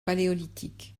paléolithique